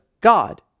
God